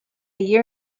year